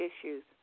issues